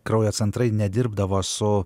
kraujo centrai nedirbdavo su